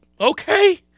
okay